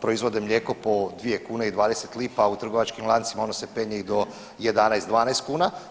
proizvode mlijeko po dvije kune i dvadeset lipa, a u trgovačkim lancima ono se penje i do 11, 12 kuna.